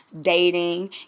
dating